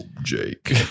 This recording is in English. Jake